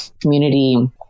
community